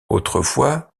autrefois